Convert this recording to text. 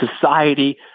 society